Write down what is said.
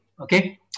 Okay